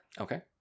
Okay